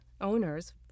owners